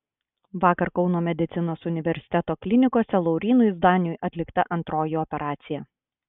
vakar kauno medicinos universiteto klinikose laurynui zdaniui atlikta antroji operacija